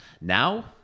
Now